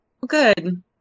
Good